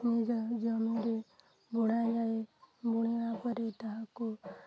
ନିଜ ଜମିରେ ବୁଣାଯାଏ ବୁଣିବା ପରେ ତାହାକୁ